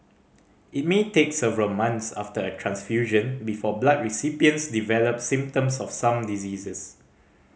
it may take several months after a transfusion before blood recipients develop symptoms of some diseases